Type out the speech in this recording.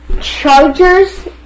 Chargers